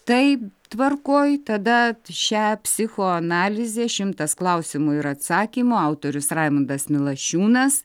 taip tvarkoj tada šią psichoanalizę šimtas klausimų ir atsakymų autorius raimundas milašiūnas